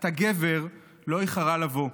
אתה גבר' לא איחרה לבוא.